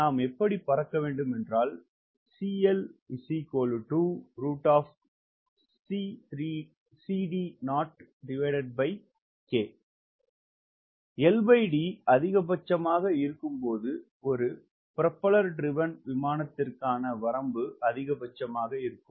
நாம் அப்படி பறக்க வேண்டும் என்றால் LD அதிகபட்சமாக இருக்கும்போது ஒரு பிரோபிஎல்லர் திரிவேன் விமானத்திற்கான வரம்பு அதிகபட்சமாக இருக்கும்